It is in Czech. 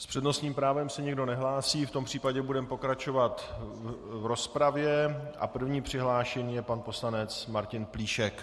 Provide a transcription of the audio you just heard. S přednostním právem se nikdo nehlásí, v tom případě budeme pokračovat v rozpravě a prvním přihlášeným je pan poslanec Martin Plíšek.